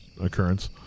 occurrence